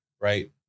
right